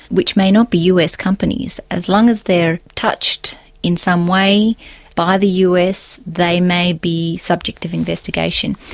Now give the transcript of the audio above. which may not be us companies. as long as they're touched in some way by the us, they may be subject of investigation,